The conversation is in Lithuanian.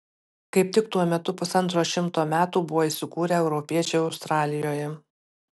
kaip tik tuo metu pusantro šimto metų buvo įsikūrę europiečiai australijoje